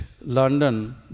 London